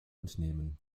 entnehmen